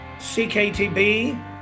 CKTB